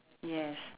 yes